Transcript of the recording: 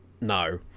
no